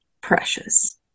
precious